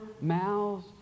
mouths